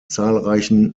zahlreichen